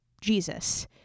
Jesus